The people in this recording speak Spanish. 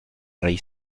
rey